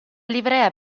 livrea